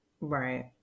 Right